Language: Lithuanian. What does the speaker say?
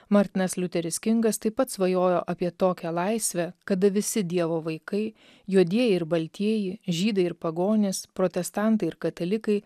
martinas liuteris kingas taip pat svajojo apie tokią laisvę kada visi dievo vaikai juodieji ir baltieji žydai ir pagonys protestantai ir katalikai